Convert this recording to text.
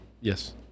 Yes